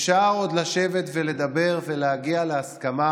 אפשר עוד לשבת ולדבר ולהגיע להסכמה,